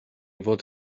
fod